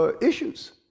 issues